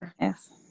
yes